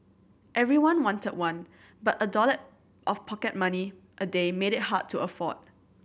everyone wanted one but a dollar of pocket money a day made it hard to afford